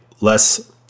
less